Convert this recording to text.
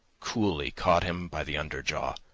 coolly caught him by the under jaw,